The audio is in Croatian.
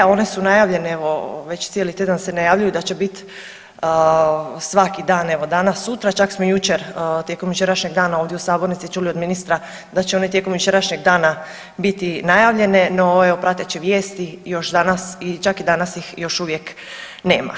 A one su najavljene, evo već cijeli tjedan se najavljuju da će biti svaki dan evo danas sutra, čak smo i jučer tijekom jučerašnjeg dana ovdje u sabornici čuli od ministra da će one tijekom jučerašnjeg dana biti najavljene, no evo prateći vijesti još danas, čak i danas ih još uvijek nema.